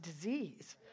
disease